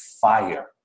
fire